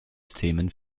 systemen